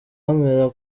bemera